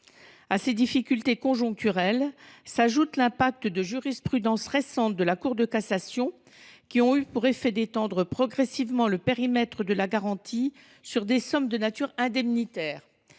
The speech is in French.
À ces difficultés conjoncturelles s'ajoute l'impact de jurisprudence récente de la Cour de cassation qui ont eu pour effet d'étendre progressivement le périmètre de la garantie sur des sommes de nature indemnitaire,